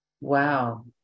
wow